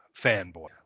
fanboy